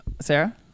Sarah